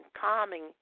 calming